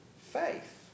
faith